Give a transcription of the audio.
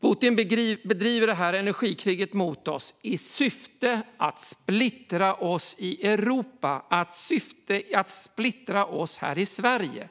Putin bedriver detta energikrig mot oss i syfte att splittra Europa och att splittra oss här i Sverige.